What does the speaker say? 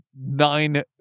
nine